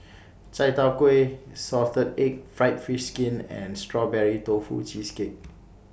Chai Tow Kway Salted Egg Fried Fish Skin and Strawberry Tofu Cheesecake